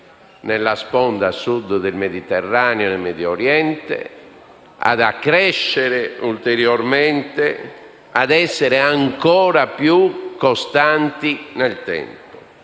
nella sponda Sud del Mediterraneo e nel Medio Oriente, a crescere ulteriormente e ad essere ancora più costante nel tempo.